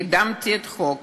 קידמתי את חוק